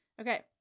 Okay